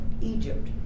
Egypt